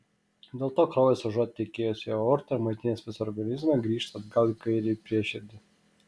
dėl to kraujas užuot tekėjęs į aortą ir maitinęs visą organizmą grįžta atgal į kairįjį prieširdį